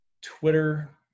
twitter